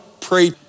pray